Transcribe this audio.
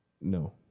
No